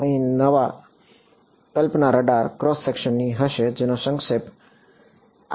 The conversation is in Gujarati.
અહીં નવી કલ્પના રડાર ક્રોસ સેક્શનની હશે જેનો સંક્ષેપ આર